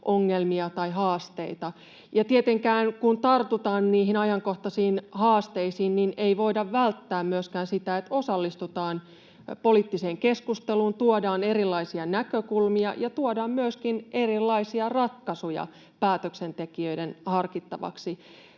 ongelmia tai haasteita. Ja kun tartutaan niihin ajankohtaisiin haasteisiin, niin ei tietenkään voida välttää myöskään sitä, että osallistutaan poliittiseen keskusteluun, tuodaan erilaisia näkökulmia ja tuodaan myöskin erilaisia ratkaisuja päätöksentekijöiden harkittavaksi.